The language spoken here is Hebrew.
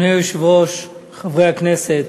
אדוני היושב-ראש, חברי הכנסת,